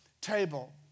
table